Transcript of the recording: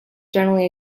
generally